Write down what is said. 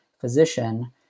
physician